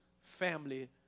family